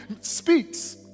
speaks